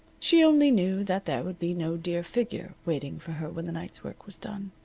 she only knew that there would be no dear figure waiting for her when the night's work was done.